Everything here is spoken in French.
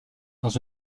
dans